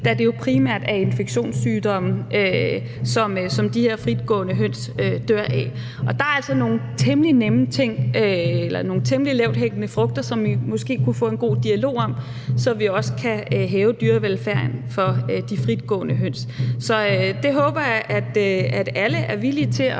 da det jo primært er infektionssygdomme, som de her fritgående høns dør af. Der er altså nogle temmelig lavthængende frugter, som vi måske kunne få en god dialog om, så vi også kan hæve dyrevelfærden for de fritgående høns. Det håber jeg at alle er villige til